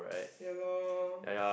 ya lor